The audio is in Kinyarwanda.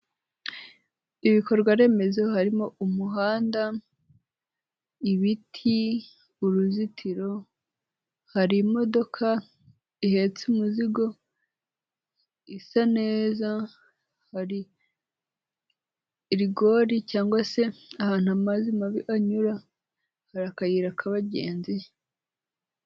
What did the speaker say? Ibikorwaremezo harimo umuhanda, ibiti, uruzitiro, hari imodoka ihetse umuzigo, isa neza, hari rigori cyangwa se ahantu amazi mabi anyura, hari akayira kabagenzi.